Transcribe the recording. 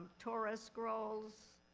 torah scrolls,